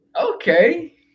Okay